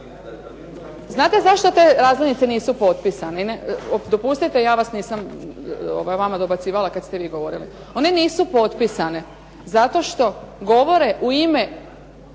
Znate zašto te razglednice nisu potpisane? Dopustite ja nisam vama dobacivala kada ste govorili. One nisu potpisane, zato što govore u ime